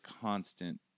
constant